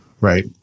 Right